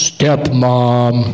Stepmom